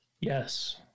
Yes